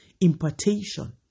impartation